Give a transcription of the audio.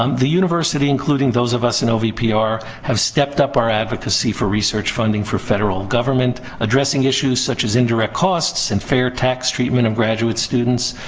um the university, including those of us in ovpr, have stepped up our advocacy for research funding for federal government. addressing issues such as indirect costs and fair tax treatment of graduate students.